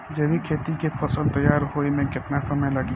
जैविक खेती के फसल तैयार होए मे केतना समय लागी?